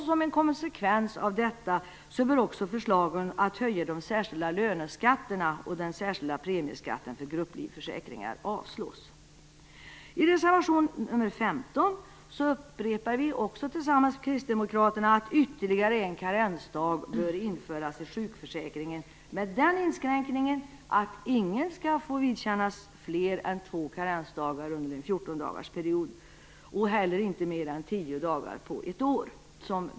Som en konsekvens av detta bör också förslagen att höja de särskilda löneskatterna och den särskilda premieskatten för grupplivförsäkringar avslås. I reservation 15 upprepar vi - tillsammans med Kristdemokraterna - att ytterligare en karensdag bör införas i sjukförsäkringen, med den inskränkningen att ingen skall få vidkännas fler än två karensdagar under en 14-dagarsperiod, inte heller mer än tio dagar på ett år.